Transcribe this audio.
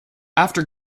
after